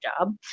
job